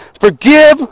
Forgive